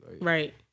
Right